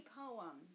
poem